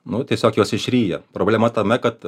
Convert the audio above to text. nu tiesiog jos išryja problema tame kad